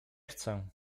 chcę